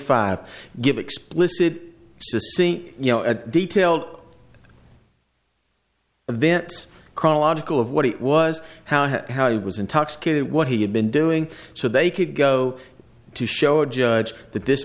five give explicit see you know a detailed events chronological of what it was how he was intoxicated what he had been doing so they could go to show a judge that this